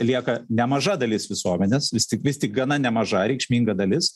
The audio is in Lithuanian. lieka nemaža dalis visuomenės vis tik vis tik gana nemaža reikšminga dalis